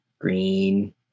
green